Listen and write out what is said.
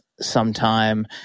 sometime